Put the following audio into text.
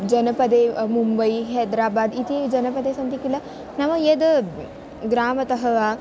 जनपदे मुम्बै हैद्राबाद् इति जनपदे सन्ति किल नाम यद् ग्रामतः वा